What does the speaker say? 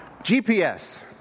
gps